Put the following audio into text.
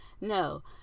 No